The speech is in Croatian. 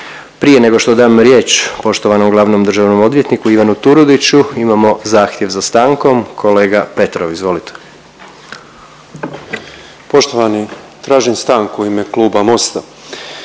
Prije nego što dam riječ poštovanom glavnom državnom odvjetniku Ivanu Turudiću, imamo zahtjev za stankom. Kolega Petrov izvolite. **Petrov, Božo (MOST)** Poštovani, tražim stanku u ime kluba Mosta.